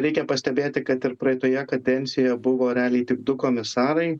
reikia pastebėti kad ir praeitoje kadencijoje buvo realiai tik du komisarai